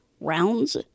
rounds